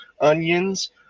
onions